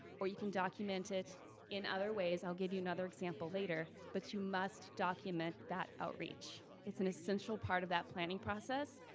or you can document it in other ways, and i'll give you another example later, but you must document that outreach. it's an essential part of that planning process,